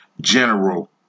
General